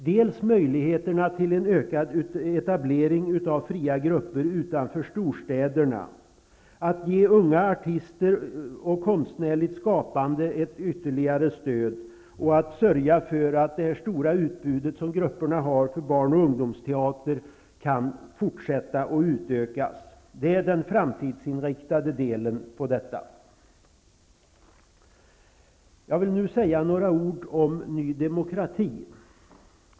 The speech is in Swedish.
Det gäller möjligheterna till en ökad etablering av fria grupper utanför storstäderna, att ge unga artister och konstnärligt skapande ett ytterligare stöd och att sörja för att det stora utbudet som grupperna har när det gäller barn och ungdomsteater kan fortsätta att utökas. Det är den framtidsinriktade delen av detta. Jag vill nu säga några ord om Ny demokrati.